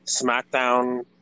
SmackDown